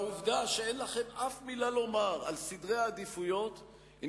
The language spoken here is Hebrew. העובדה שאין לכם אף מלה לומר על סדרי העדיפויות היא,